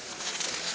Hvala.